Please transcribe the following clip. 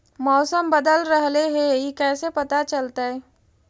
मौसम बदल रहले हे इ कैसे पता चलतै?